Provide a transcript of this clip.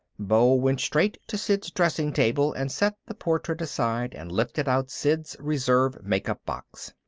beau went straight to sid's dressing table and set the portrait aside and lifted out sid's reserve makeup box.